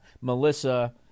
Melissa